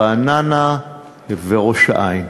רעננה וראש-העין.